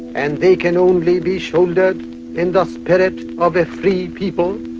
and they can only be shouldered in the spirit of a free people,